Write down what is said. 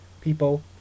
people